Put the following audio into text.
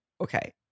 okay